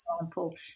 example